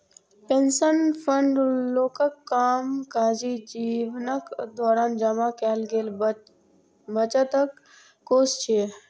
pension fund लोकक कामकाजी जीवनक दौरान जमा कैल गेल बचतक कोष छियै